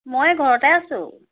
মই ঘৰতে আছোঁ